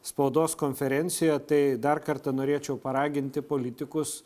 spaudos konferencijoje tai dar kartą norėčiau paraginti politikus